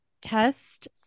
test